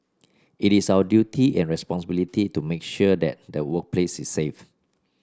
it is our duty and responsibility to make sure that the workplace is safe